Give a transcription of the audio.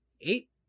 eight